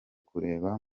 kureba